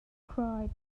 cried